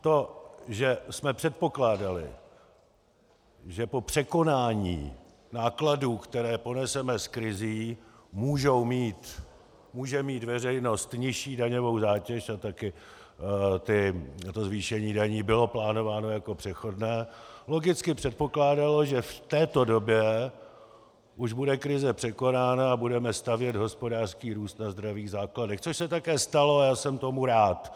To, že jsme předpokládali, že po překonání nákladů, které poneseme s krizí, může mít veřejnost nižší daňovou zátěž a také to zvýšení daní bylo plánováno jako přechodné logicky předpokládalo, že v této době už bude krize překonána a budeme stavět hospodářský růst na zdravých základech, což se také stalo a já jsem tomu rád.